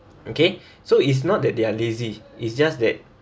okay so it's not that they are lazy it's just that